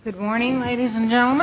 good morning ladies and gentlemen